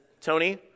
Tony